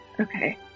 Okay